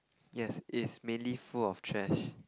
yes it is mainly full of trash